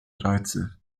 reize